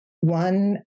one